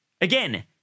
Again